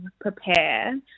prepare